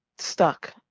stuck